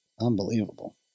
Unbelievable